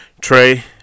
Trey